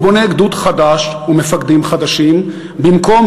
והוא בונה גדוד חדש ומפקדים חדשים במקום